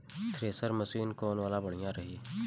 Thresher machine कौन वाला बढ़िया रही?